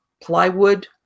plywood